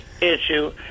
issue